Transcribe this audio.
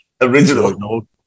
Original